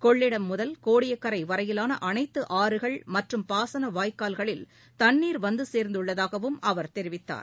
கொள்ளிடம் முதல் கோடியக்கரைவரையிலானஅனைத்துஆறுகள் மற்றும் பாசனவாய்க்கால்களில் தண்ணீர் வந்துசேர்ந்துள்ளதாகவும் அவர் தெரிவித்தார்